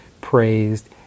praised